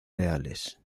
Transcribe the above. reales